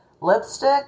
Lipstick